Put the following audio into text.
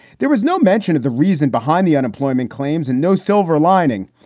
there was no mention of the reason behind the unemployment claims and no silver lining.